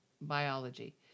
biology